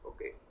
Okay